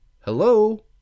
Hello